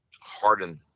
harden